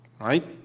right